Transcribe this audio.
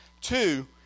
Two